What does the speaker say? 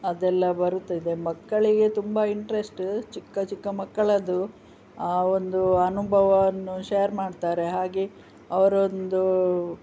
ಅದೆಲ್ಲ ಬರುತ್ತಿದೆ ಮಕ್ಕಳಿಗೆ ತುಂಬ ಇಂಟ್ರೆಸ್ಟು ಚಿಕ್ಕ ಚಿಕ್ಕ ಮಕ್ಕಳದ್ದು ಆ ಒಂದು ಅನುಭವವನ್ನು ಶ್ಯೇರ್ ಮಾಡ್ತಾರೆ ಹಾಗೆ ಅವರೊಂದು